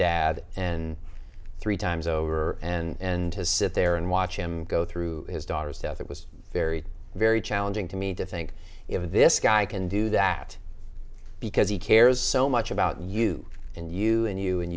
dad and three times over and to sit there and watch him go through his daughter's death it was very very challenging to me to think if this guy can do that because he cares so much about you and you and you and